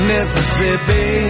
Mississippi